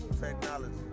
Technology